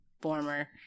former